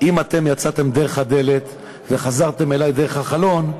אם אתם יצאתם דרך הדלת וחזרתם אלי דרך החלון,